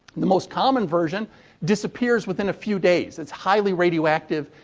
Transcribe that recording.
the most common version disappears within a few days. it's highly radioactive.